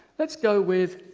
let's go with